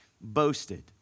boasted